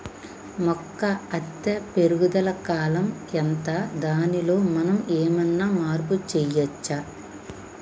మొక్క అత్తే పెరుగుదల కాలం ఎంత దానిలో మనం ఏమన్నా మార్పు చేయచ్చా?